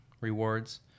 rewards